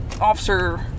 officer